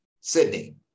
Sydney